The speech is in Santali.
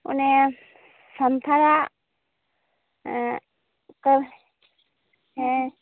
ᱚᱸᱱᱮ ᱥᱟᱱᱛᱟᱲᱟᱜ ᱦᱮᱸ